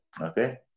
okay